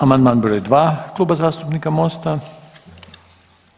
Amandman broj 2. Kluba zastupnika MOST-a.